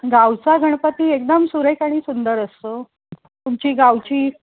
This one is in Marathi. गावचा गणपती एकदम सुरेख आणि सुंदर असतो तुमची गावची